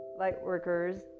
Lightworkers